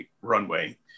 runway